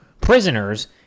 prisoners